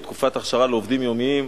תקופת אכשרה לעובדים יומיים,